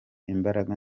imbaraga